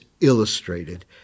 illustrated